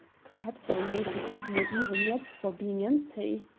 perhaps i may forgive you even yet for being empty.